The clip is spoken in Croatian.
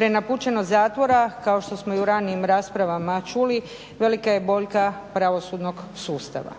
Prenapučenost zatvora, kao što smo i u ranijim raspravama čuli, velika je boljka pravosudnog sustava.